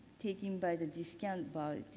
taken by the discount bar